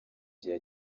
gihe